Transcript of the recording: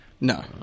No